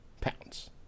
pounds